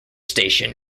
station